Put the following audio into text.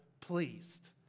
pleased